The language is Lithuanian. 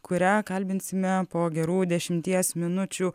kurią kalbinsime po gerų dešimties minučių